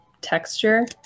texture